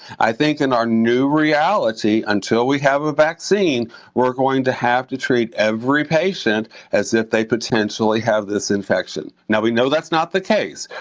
i think in our new reality, until we have a vaccine we're going to have to treat every patient as if they potentially have this infection. now we know that's not the case,